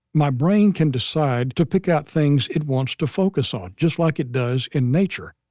my brain can decide to pick out things it wants to focus on. just like it does in nature.